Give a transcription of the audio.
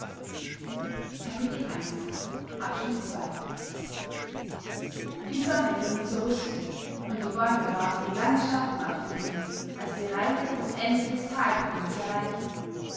die sonne ging zur rüste und die bäume warfen lange schatten auf den weg als die reiter das ende des talgrundes erreichten